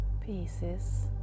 pieces